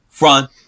Front